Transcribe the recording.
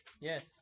Yes